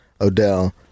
odell